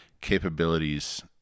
capabilities